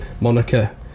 Monica